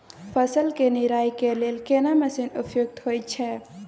फसल के निराई के लेल केना मसीन उपयुक्त होयत छै?